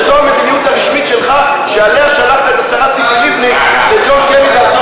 לא, אבל אולי שראש הממשלה יענה, כבוד היושב-ראש.